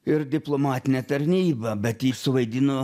ir diplomatinę tarnybą bet ji suvaidino